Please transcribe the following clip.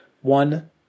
one